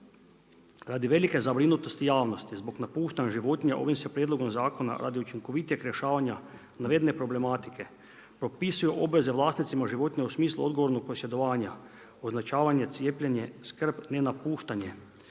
Radi velike zabrinutosti javnosti zbog napuštanja životinja ovim se prijedlogom zakona radi učinkovitijeg rješavanja navedene problematike propisuju obveze vlasnicima životinja u smislu odgovornog posjedovanja, označavanje, cijepljenje, skrb, nenapuštanje